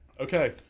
Okay